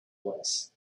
was